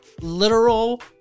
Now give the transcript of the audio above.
literal